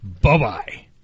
Bye-bye